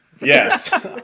Yes